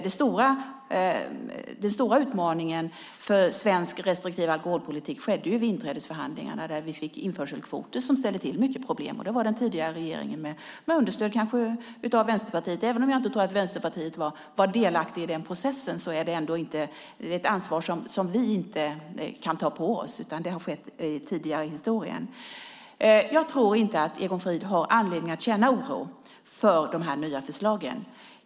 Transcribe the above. Den stora utmaningen för svensk restriktiv alkoholpolitik skedde vid inträdesförhandlingarna där vi fick införselkvoter som ställde till mycket problem. Det var den tidigare regeringen, kanske med understöd av Vänsterpartiet. Även om jag inte tror att Vänsterpartiet var delaktigt i denna process är det ändå ett ansvar som vi inte kan ta på oss, utan det har skett tidigare i historien. Jag tror inte att Egon Frid har anledning att känna oro för dessa nya förslag.